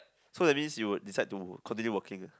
so that means you would decide to continue working ah